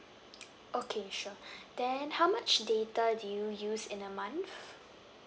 okay sure then how much data do you use in a month